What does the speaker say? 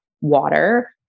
water